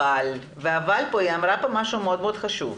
אבל היא אמרה פה משהו מאוד מאוד חשוב,